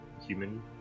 human